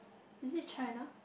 is it China